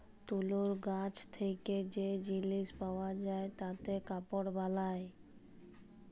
তুলর গাছ থেক্যে যে জিলিস পাওয়া যায় তাতে কাপড় বালায়